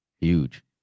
Huge